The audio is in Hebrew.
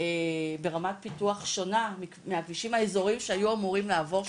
ברמת פיתוח שונה מהכבישים האזוריים שהיו אמורים לעבר שם.